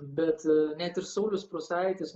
bet net ir saulius prūsaitis